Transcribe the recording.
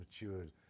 matured